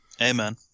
Amen